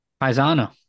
Paisano